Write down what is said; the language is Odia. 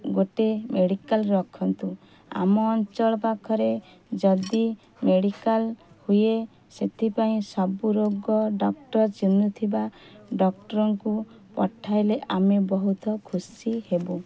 ଗୋଟିଏ ମେଡ଼ିକାଲ୍ ରଖନ୍ତୁ ଆମ ଅଞ୍ଚଳ ପାଖରେ ଯଦି ମେଡ଼ିକାଲ୍ ହୁଏ ସେଥିପାଇଁ ସବୁ ରୋଗ ଡକ୍ଟର୍ ଚିହ୍ନୁଥିବା ଡକ୍ଟର୍ଙ୍କୁ ପଠାଇଲେ ଆମେ ବହୁତ ଖୁସି ହେବୁ